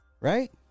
Right